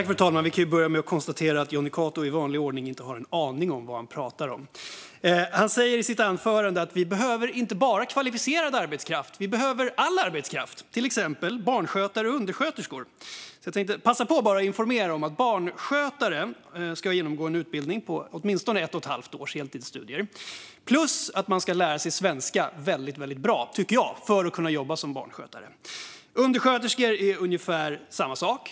Fru talman! Vi kan börja med att konstatera att Jonny Cato i vanlig ordning inte har en aning om vad han pratar om. Han säger i sitt anförande att vi inte bara behöver kvalificerad arbetskraft utan att vi behöver all arbetskraft, till exempel barnskötare och undersköterskor. Jag tänkte passa på att informera om att barnskötare ska genomgå en utbildning på åtminstone ett och ett halvt års heltidsstudier plus att man ska lära sig svenska väldigt bra, tycker jag, för att kunna jobba som barnskötare. Med undersköterskor är det ungefär samma sak.